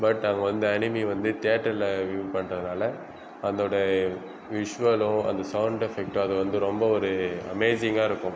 but அங்கே வந்து அனிமியை வந்து தேட்டரில் வியூவ் பண்ணுறதுனால அந்தோடய விஷ்வலும் அந்த சவுண்ட் எஃபக்ட்டும் அது வந்து ரொம்ப ஒரு அமேசிங்காக இருக்கும்